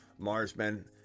Marsmen